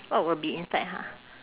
what will be inside ha